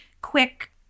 quick